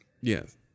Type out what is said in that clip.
Yes